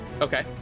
Okay